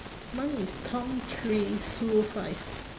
mine is tom three sue five